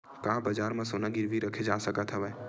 का बजार म सोना गिरवी रखे जा सकत हवय?